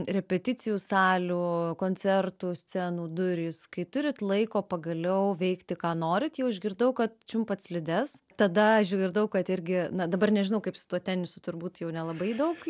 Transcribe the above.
repeticijų salių koncertų scenų durys kai turit laiko pagaliau veikti ką norit jau išgirdau kad čiumpat slides tada aš išgirdau kad irgi na dabar nežinau kaip su tuo tenisu turbūt jau nelabai daug